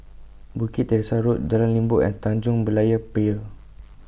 Bukit Teresa Road Jalan Limbok and Tanjong Berlayer Pier